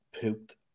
pooped